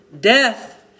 death